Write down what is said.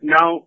Now